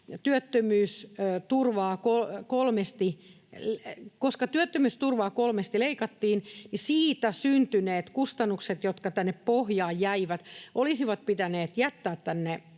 koska työttömyysturvaa kolmesti leikattiin, niin siitä syntyneet rahat, jotka tänne pohjaan jäivät, olisi pitänyt jättää tänne